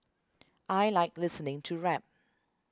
I like listening to rap